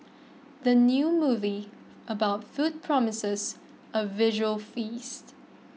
the new movie about food promises a visual feast